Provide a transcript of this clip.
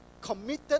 committed